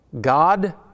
God